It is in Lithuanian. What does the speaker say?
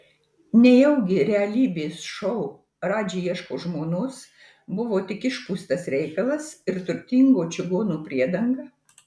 nejaugi realybės šou radži ieško žmonos buvo tik išpūstas reikalas ir turtingo čigono priedanga